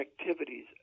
activities